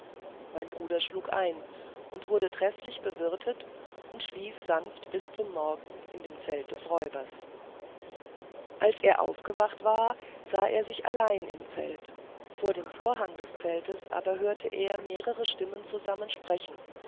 mein bruder schlug ein wurde trefflich bewirtet und schlief sanft bis zum morgen in dem zelt des räubers als er aufgewacht war sah er sich ganz allein im zelt vor dem vorhang des zeltes aber hörte er mehrere stimmen zusammen sprechen